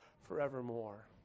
forevermore